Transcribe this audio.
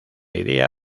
idea